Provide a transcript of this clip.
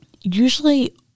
usually